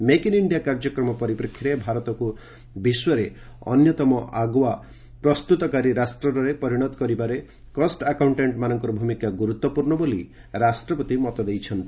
make in India କାର୍ଯ୍ୟକ୍ରମ ପରିପ୍ରେକ୍ଷୀରେ ଭାରତକୁ ବିଶ୍ୱରେ ଅନ୍ୟତମ ଆଗୁଆ ମାନୁଫ୍ୟାକ୍ଚରି ରାଷ୍ଟ୍ରରେ ପରିଣତ କରିବା ପାଇଁ କଷ୍ ଆକାଉଷ୍ଟାଷ୍ଟମାନଙ୍କର ଭୂମିକା ଗୁରୁତ୍ୱପୂର୍ଣ୍ଣ ହେବ ବୋଲି ରାଷ୍ଟ୍ରପତି ମତ ଦେଇଛନ୍ତି